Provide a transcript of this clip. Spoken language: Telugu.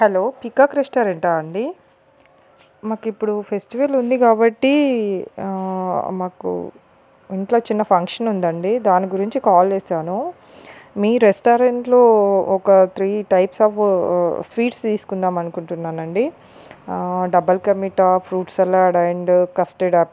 హలో పికాక్ రెస్టారెంటా అండి మాకిప్పుడు ఫెస్టివల్ ఉంది కాబట్టి మాకు ఇంట్లో చిన్న ఫంక్షన్ ఉందండి దాని గురించి కాల్ చేసాను మీ రెస్టారెంట్లో ఒక త్రీ టైప్స్ ఆఫ్ స్వీట్స్ తీసుకుందాం అనుకుంటున్నానండి double ka meetha fruit salad and custard up